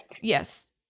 Yes